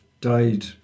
died